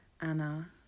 Anna